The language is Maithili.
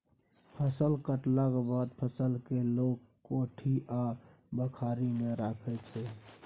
फसल कटलाक बाद फसल केँ लोक कोठी आ बखारी मे राखै छै